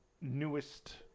newest